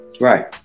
Right